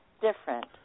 different